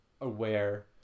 aware